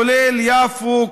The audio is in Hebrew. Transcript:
כולל יפו,